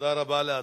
תודה רבה לאדוני.